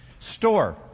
Store